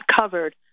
covered